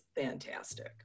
fantastic